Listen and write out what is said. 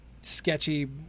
sketchy